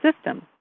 system